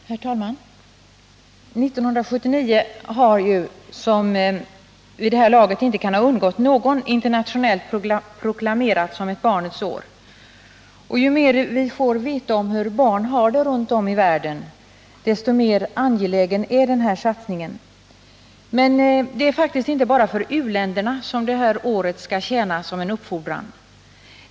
Herr talman! 1979 har, som vid det här laget inte kan ha undgått någon, internationellt proklamerats som ett barnets år. Ju mer vi får veta om hur barn har det runt om i världen, desto mer angelägen är den här satsningen. Men det är faktiskt inte bara för u-länderna som det här året skall tjäna som en uppfordran.